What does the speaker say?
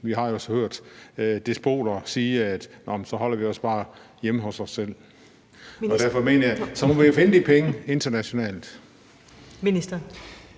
Vi har jo hørt despoter sige: Så holder vi os bare hjemme hos os selv. Derfor mener jeg, at vi må finde de penge internationalt.